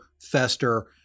Fester